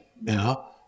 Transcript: now